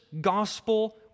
gospel